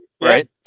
Right